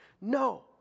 No